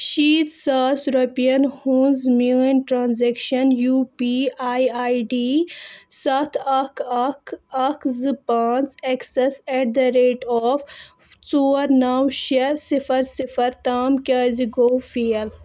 شیٖتھ ساس رۄپِیَن ہٕنٛز میٛٲنۍ transaction U P I I D سَتھ اَکھ اَکھ اَکھ زٕ پانٛژھ excess at the rate of ژور نَو شےٚ صِفر صِفر تام کیٛازِ گوٚو فیل